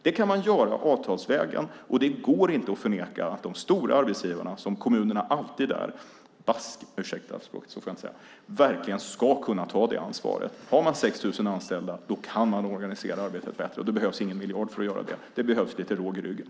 Det kan man göra avtalsvägen, och det går inte att förneka att de stora arbetsgivarna, som kommunerna alltid är, verkligen ska kunna ta det ansvaret. Har man 6 000 anställda kan man organisera arbetet bättre. Det behövs ingen miljard för att göra det. Det behövs lite råg i ryggen.